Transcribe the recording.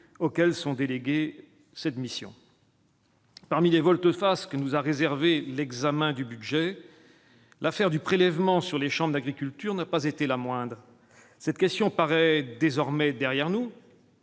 auxquelles sont déléguées cette mission. Parmi les volte-face que nous a réservé l'examen du budget, l'affaire du prélèvement sur les chambres d'agriculture n'a pas été La Moindre cette question paraît désormais derrière nous.